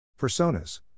Personas